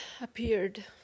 appeared